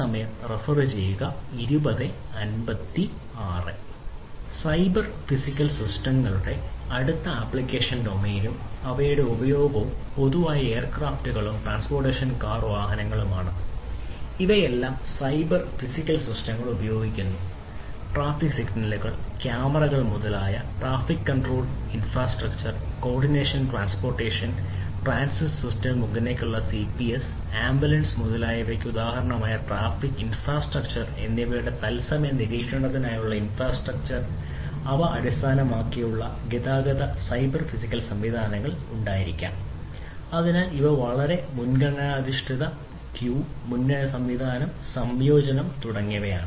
cyber physical സിസ്റ്റങ്ങളുടെ അടുത്ത application ഡൊമെയ്നും അവയുടെ ഉപയോഗവും പൊതുവായ എയർക്രാഫ്റ്റുകളും ട്രാൻസ്പോർട്ടേഷൻ കാർ തുടങ്ങിയവയാണ്